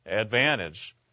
advantage